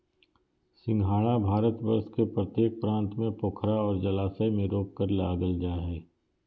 सिंघाड़ा भारतवर्ष के प्रत्येक प्रांत में पोखरा और जलाशय में रोपकर लागल जा हइ